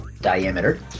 diameter